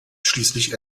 schließlich